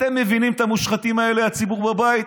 אתם מבינים את המושחתים האלה, הציבור בבית?